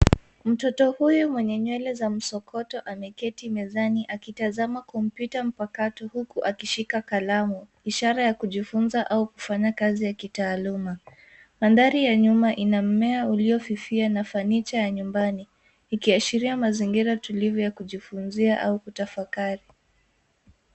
Mtoto huyu mwenye nywele za msokoto ameketi mezani akitazama kompyuta mpakato huku akishika kalamu ishara ya kujifunza au kufanya kazi ya kitaluma. Maandari ya nyuma ina mimea uliofufia fanicha ya nyumbani ikiashiria mazingira tulivu ya kujifunzia au na kutafakari.